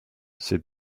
said